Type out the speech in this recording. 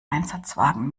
einsatzwagen